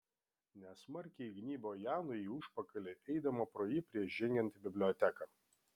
nesmarkiai įgnybo janui į užpakalį eidama pro jį prieš žengiant į biblioteką